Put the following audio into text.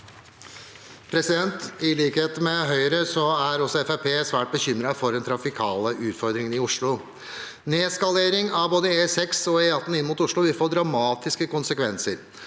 I likhet med Høyre er Fremskrittspartiet svært bekymret for de trafikale utfordringene i Oslo. Nedskalering av både E6 og E18 inn mot Oslo vil få dramatiske konsekvenser.